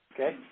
Okay